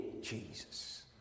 Jesus